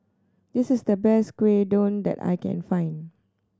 this is the best Gyudon that I can find